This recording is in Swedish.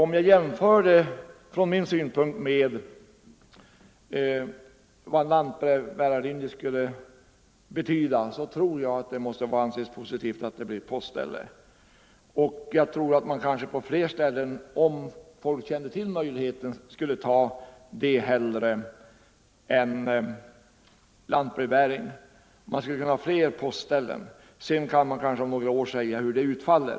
Om jag jämför det med vad en lantbrevbäringslinje skulle betyda tror jag det måste anses positivt att det blev postställe. Om folk kände till den möjligheten skulle de nog hellre välja postställe än lantbrevbäring. Man skulle kunna ha fler postställen och om några år kunna säga hur det utfaller.